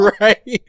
Right